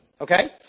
Okay